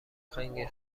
خنگ